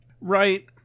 Right